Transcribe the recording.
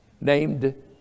named